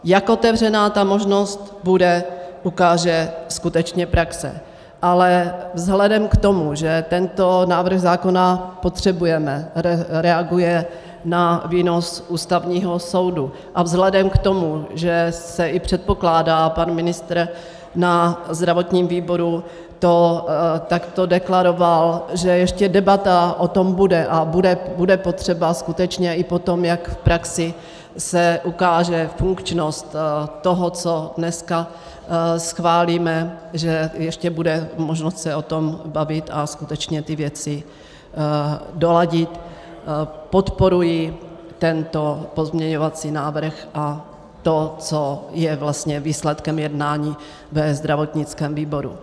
Jak otevřená ta možnost bude, ukáže skutečně praxe, ale vzhledem k tomu, že tento návrh zákona potřebujeme, reaguje na výnos Ústavního soudu, a vzhledem k tomu, že se i předpokládá pan ministr na zdravotním výboru to takto deklaroval že ještě debata o tom bude a bude potřeba skutečně i potom, jak se v praxi ukáže funkčnost toho, co dneska schválíme, že ještě bude možnost se o tom bavit a skutečně ty věci doladit, podporuji tento pozměňovací návrh a to, co je vlastně výsledkem jednání ve zdravotnickém výboru.